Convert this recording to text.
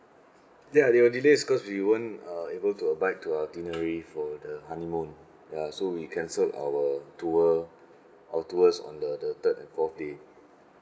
ya there were delays cause we won't uh able to abide to itinerary for the honeymoon ya so we cancelled our tour our tours on the the third and fourth day